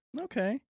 Okay